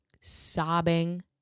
sobbing